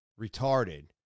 retarded